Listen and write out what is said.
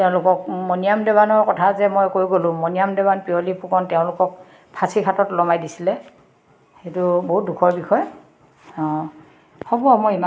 তেওঁলোকক মণিৰাম দেৱানৰ কথা যে মই কৈ গ'লোঁ মণিৰাম দেৱান পিয়লি ফুকন তেওঁলোকক ফাঁচিকাঠত ওলমাই দিছিলে সেইটো বহুত দুখৰ বিষয় অঁ হ'ব মই ইমান